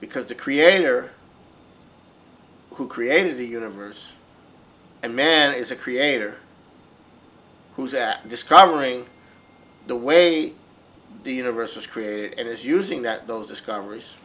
because the creator who created the universe and man is a creator who is at discovering the way the universe was created and is using that those discoveries